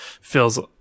feels